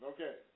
Okay